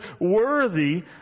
worthy